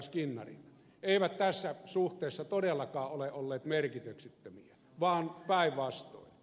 skinnari eivät tässä suhteessa todellakaan ole olleet merkityksettömiä vaan päinvastoin